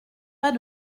pas